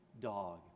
dog